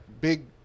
big